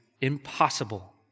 impossible